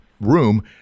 room